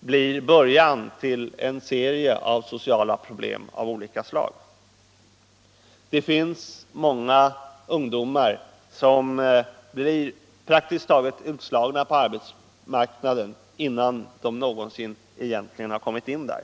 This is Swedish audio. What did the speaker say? blir början till en serie sociala problem av olika slag. Många ungdomar blir praktiskt taget utslagna på arbetsmarknaden innan de egentligen någonsin har kommit in där.